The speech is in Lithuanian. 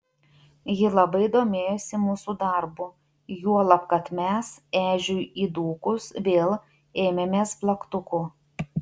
ji labai domėjosi mūsų darbu juolab kad mes ežiui įdūkus vėl ėmėmės plaktukų